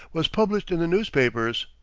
was published in the newspapers,